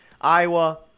Iowa